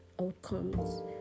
outcomes